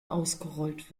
ausgerollt